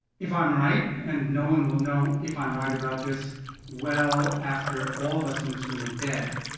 if i am right and no one will know if i am right about this well after all of us in this room are dead,